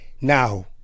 Now